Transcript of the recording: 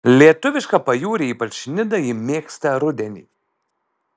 lietuvišką pajūrį ypač nidą ji mėgsta rudenį